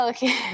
Okay